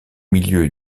milieu